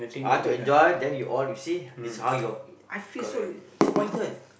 I want to enjoy then you all you see this how you all I feel so disappointed